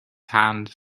hand